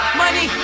money